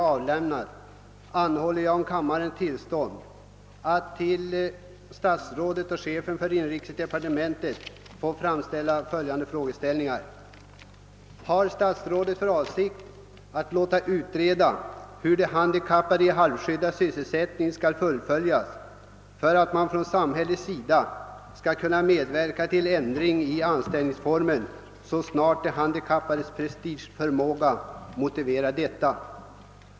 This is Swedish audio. Med hänvisning till vad här anförts hemställer jag om kammarens tillstånd att till statsrådet och chefen för inrikesdepartementet få rikta följande frågor: Har statsrådet för avsikt att låta utreda hur de handikappade i halvskyddad sysselsättning skall följas för att man från samhällets sida skall kunna medverka till ändring i anställningsformen så snart den handikappades prestationsförmåga motiverar detta?